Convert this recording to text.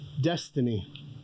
destiny